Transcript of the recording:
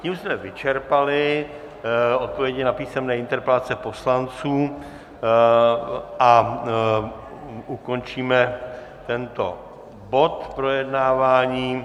Tím jsme vyčerpali odpovědi na písemné interpelace poslanců a ukončíme tento bod projednávání.